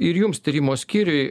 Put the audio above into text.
ir jums tyrimo skyriui